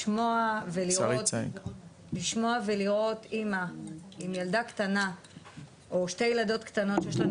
לשמוע ולראות אמא עם ילדה קטנה או שתי ילדות קטנות שיש לנו